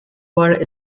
dwar